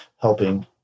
helping